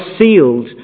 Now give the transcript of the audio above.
sealed